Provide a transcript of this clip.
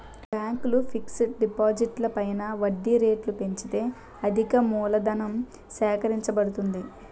బ్యాంకులు ఫిక్స్ డిపాజిట్లు పైన వడ్డీ రేట్లు పెంచితే అధికమూలధనం సేకరించబడుతుంది